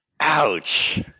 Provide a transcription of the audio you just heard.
ouch